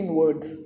words